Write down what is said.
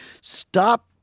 stop